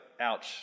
ouch